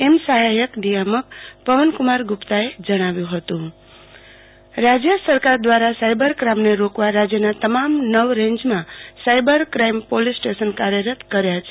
એમ સહાયક નિયામક પનવ કુમાર ગુપ્તાએ જણાવ્યુ હતું આરતીબેન ભદ્દ સાઈબર ક્રાઈમ રાજ્ય સરકાર દ્રારા સાઈબર કાઈમને રોકવા રાજ્યના તમામ નવ રેન્જમાં સાઈબર કાઈમ પોલીસ સ્ટેશન કાર્યરત કર્યા છે